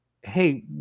hey